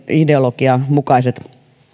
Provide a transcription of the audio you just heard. ideologian mukaiset